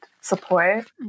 support